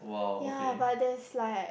ya but there's like